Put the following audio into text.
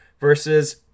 Versus